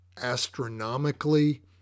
astronomically